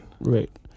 Right